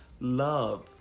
love